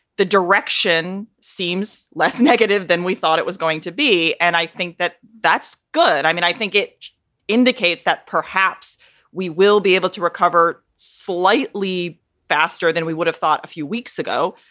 the direction seems less negative than we thought it was going to be. and i think that that's good. i mean, i think it indicates that perhaps we will be able to recover slightly faster than we would have thought a few weeks ago,